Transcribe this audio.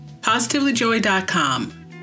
PositivelyJoy.com